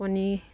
কণী